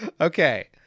Okay